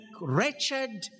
wretched